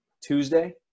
Tuesday